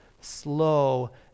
slow